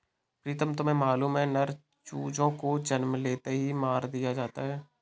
प्रीतम तुम्हें मालूम है नर चूजों को जन्म लेते ही मार दिया जाता है